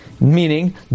meaning